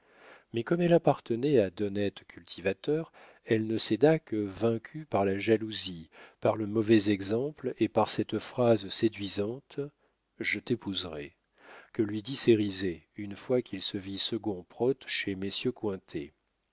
mais comme elle appartenait à d'honnêtes cultivateurs elle ne céda que vaincue par la jalousie par le mauvais exemple et par cette phrase séduisante je t'épouserai que lui dit cérizet une fois qu'il se vit second prote chez